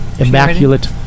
Immaculate